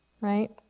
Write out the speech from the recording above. right